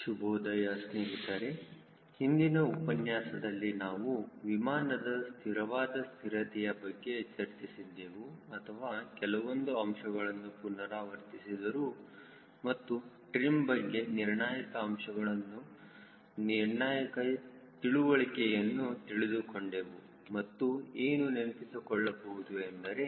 ಶುಭೋದಯ ಸ್ನೇಹಿತರೆ ಹಿಂದಿನ ಉಪನ್ಯಾಸದಲ್ಲಿ ನಾವು ವಿಮಾನದ ಸ್ಥಿರವಾದ ಸ್ಥಿರತೆಯ ಬಗ್ಗೆ ಚರ್ಚಿಸಿದ್ದೆವು ಅಥವಾ ಕೆಲವೊಂದು ಅಂಶಗಳನ್ನು ಪುನರಾವರ್ತಿಸಿದರು ಮತ್ತು ಟ್ರಿಮ್ ಬಗ್ಗೆ ನಿರ್ಣಾಯಕ ಅಂಶಗಳನ್ನು ವಿನಾಯಕ ತಿಳುವಳಿಕೆಯನ್ನು ತಿಳಿದುಕೊಂಡೆವು ಮತ್ತು ಏನು ನೆನಪಿಸಿಕೊಳ್ಳಬಹುದು ಅಂದರೆ